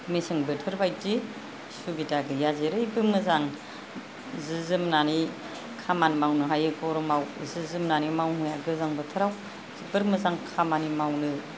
मेसें बोथोर बायदि सुबिदा गैया जेरैबो मोजां जि जोमनानै खामानि मावनो हायो गरमआव जि जोमनानै मावनो गोजां बोथोराव जोबोर मोजां खामानि मावनो